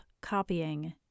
copying